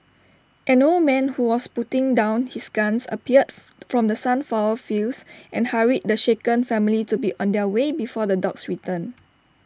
an old man who was putting down his gun appeared from the sunflower fields and hurried the shaken family to be on their way before the dogs return